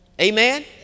Amen